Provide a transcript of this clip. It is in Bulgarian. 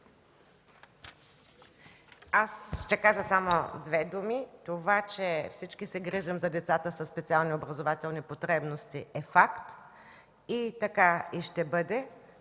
Ще кажа само две думи. Това, че всички се грижим за децата със специални образователни потребности е факт, и така и ще бъде.